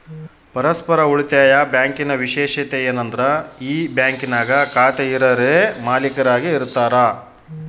ಪರಸ್ಪರ ಉಳಿತಾಯ ಬ್ಯಾಂಕಿನ ವಿಶೇಷತೆ ಏನಂದ್ರ ಈ ಬ್ಯಾಂಕಿನಾಗ ಖಾತೆ ಇರರೇ ಮಾಲೀಕರಾಗಿ ಇರತಾರ